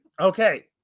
Okay